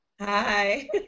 Hi